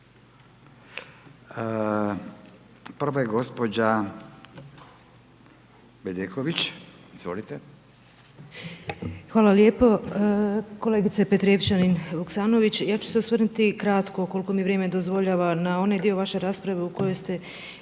izvolite. **Bedeković, Vesna (HDZ)** hvala lijepo. Kolegice Petrijevčanin-Vuksanović, ja ću se osvrnuti kratko koliko mi vrijeme dozvoljava na onaj dio vaše rasprave u kojoj ste jako